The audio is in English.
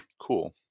cool